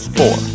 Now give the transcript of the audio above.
four